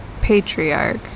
Patriarch